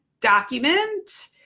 document